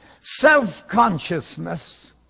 Self-consciousness